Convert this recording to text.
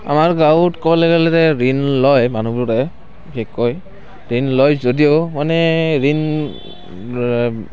আমাৰ গাঁৱত ঋণ লয় মানুহবোৰে বিশেষকৈ ঋণ লয় যদিও মানে ঋণ